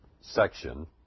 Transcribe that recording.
section